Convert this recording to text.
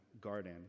garden